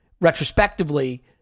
retrospectively